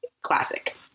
Classic